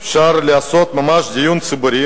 אפשר לעשות ממש דיון ציבורי